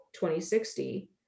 2060